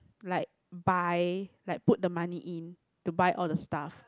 like buy like put the money in to buy all the stuff